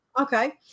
Okay